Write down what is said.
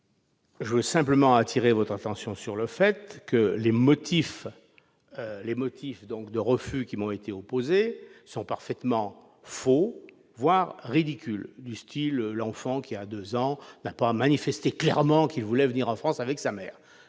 Je veux simplement attirer votre attention sur un point : les motifs de refus qui m'ont été opposés sont parfaitement faux, voire ridicules, comme celui selon lequel l'enfant de deux ans n'aurait pas manifesté clairement son souhait de venir en France avec sa mère.